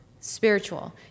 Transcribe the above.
spiritual